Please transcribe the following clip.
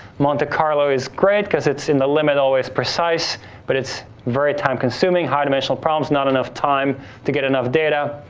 monte carlo is great cause it's in the limit always precise but it's very time consuming, high-dimensional problems, not enough time to get enough data.